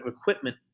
equipment